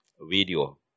video